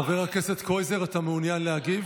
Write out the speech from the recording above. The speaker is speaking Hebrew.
חבר הכנסת קרויזר, אתה מעוניין להגיב?